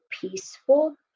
peaceful